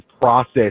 process